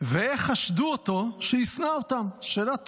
"ואיך חשדו אותו שישנא אותם?" שאלה טובה.